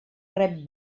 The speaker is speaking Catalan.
rep